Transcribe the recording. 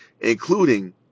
including